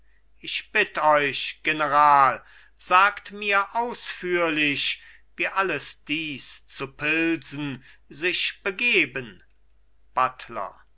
ich bitt euch general sagt mir ausführlich wie alles dies zu pilsen sich begeben buttler